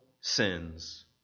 sins